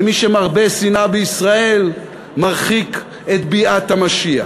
ומי שמרבה שנאה בישראל מרחיק את ביאת המשיח.